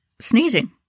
sneezing